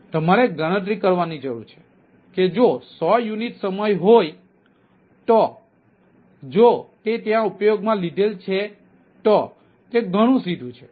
તમારે ગણતરી કરવાની જરૂર છે કે જો 100 યુનિટ સમય હોય તો જો તે ત્યાં ઉપયોગ માં લીધેલ છે તો તે ઘણું સીધું છે